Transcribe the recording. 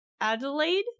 Adelaide